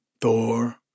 Thor